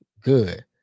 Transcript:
good